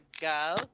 go